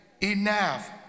enough